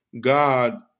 God